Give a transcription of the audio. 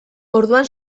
orduan